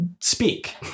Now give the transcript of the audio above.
speak